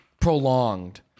prolonged